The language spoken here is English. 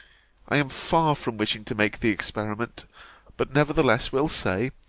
i am far from wishing to make the experiment but nevertheless will say,